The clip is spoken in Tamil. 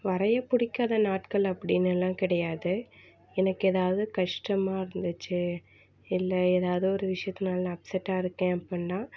வரைய புடிக்காத நாட்கள் அப்படின்னுலாம் கிடையாது எனக்கு எதாவது கஷ்டமாக இருந்துச்சு இல்லை எதாவது ஒரு விஷயத்தில் நான் அப்செட்டாகருக்கேன் அப்படின்னா